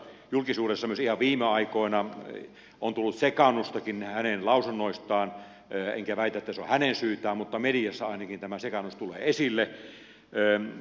julkisuudessa myös ihan viime aikoina on tullut sekaannustakin hänen lausunnoistaan enkä väitä että se on hänen syytään mutta ainakin mediassa tämä sekaannus tulee esille